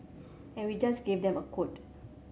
and we just gave them a quote